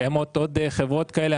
קיימות עוד חברות כאלו.